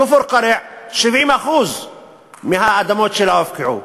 בכפר-קרע, 70% מהאדמות שלו הופקעו.